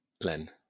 Len